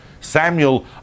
Samuel